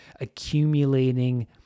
accumulating